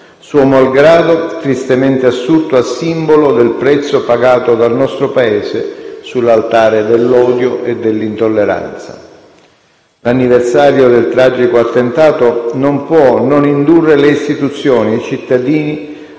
suo malgrado tristemente assurto a simbolo del prezzo pagato dal nostro Paese sull'altare dell'odio e dell'intolleranza. L'anniversario del tragico attentato non può non indurre le istituzioni e cittadini